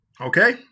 Okay